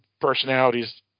personalities